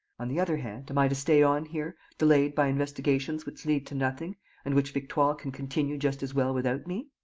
on the other hand, am i to stay on here, delayed by investigations which lead to nothing and which victoire can continue just as well without me?